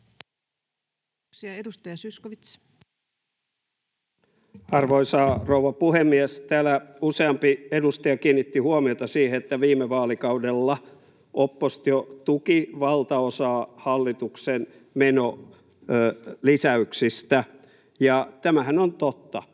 16:51 Content: Arvoisa rouva puhemies! Täällä useampi edustaja kiinnitti huomiota siihen, että viime vaalikaudella oppositio tuki valtaosaa hallituksen menolisäyksistä. Tämähän on totta,